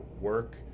work